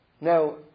Now